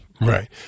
Right